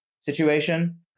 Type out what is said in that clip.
situation